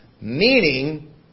Meaning